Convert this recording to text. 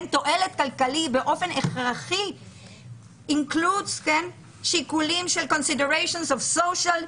תועלת כלכלית באופן הכרחי כוללת "includes consideration of social,